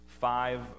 five